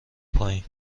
پایین